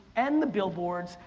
and the billboards,